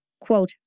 Quote